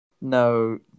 No